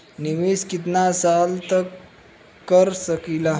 निवेश कितना साल तक कर सकीला?